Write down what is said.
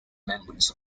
members